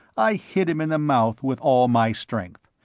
i hit him in the mouth with all my strength.